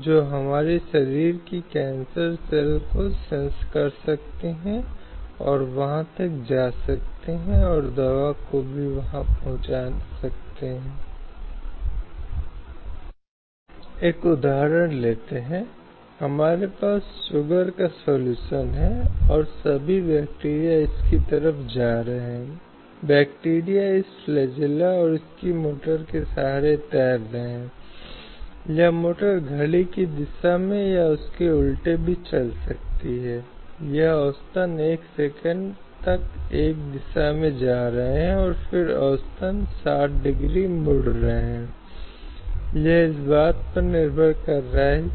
कहीं न कहीं महिलाओं के अधिकार के मूल में क्योंकि यह विभिन्न प्रथाओं और अस्तित्व में रहे विभिन्न नियमों के संदर्भ में एक जबरदस्त प्रभाव है व्यक्तियों के व्यक्तिगत मामलों में जो कहीं न कहीं महिलाओं के लिए नकारात्मक प्रभाव डालता है और हमेशा महिलाओं को एक माध्यमिक माना जाता है और इसलिए महिलाओं के कारण को प्रभावी ढंग से संबोधित नहीं करता है